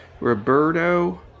roberto